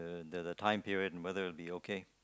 the the time period and whether be okay